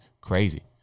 crazy